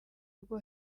rwo